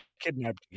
kidnapped